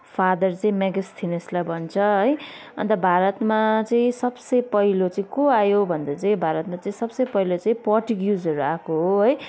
father चाहिँ मेगासथिनिसलाई भन्छ है अन्त भारतमा चाहिँ सबसे पहिलो चाहिँ को आयो भन्दा चाहिँ भारतमा चाहिँ सबसे पहिलो चाहिँ पर्टुगिसहरू आको हो है